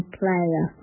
player